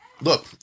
Look